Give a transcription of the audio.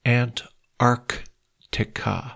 antarctica